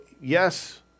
yes